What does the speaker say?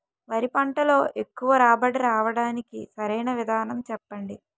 వరి పంటలో ఎక్కువ రాబడి రావటానికి సరైన విధానం చెప్పండి?